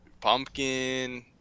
pumpkin